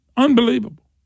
Unbelievable